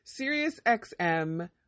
SiriusXM